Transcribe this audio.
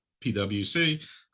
pwc